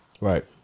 right